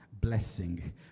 blessing